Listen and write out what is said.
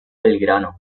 belgrano